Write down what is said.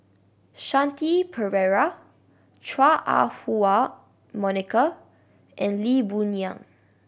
Shanti Pereira Chua Ah Huwa Monica and Lee Boon Yang